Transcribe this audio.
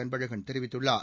அன்பழகன் தெரிவித்துள்ளார்